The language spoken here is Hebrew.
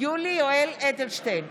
יולי יואל אדלשטיין,